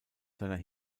seiner